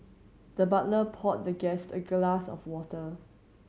the butler poured the guest a glass of water